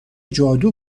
جادو